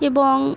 এবং